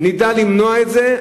נדע למנוע את זה,